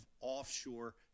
offshore